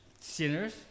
sinners